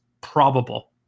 probable